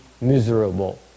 miserable